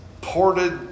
ported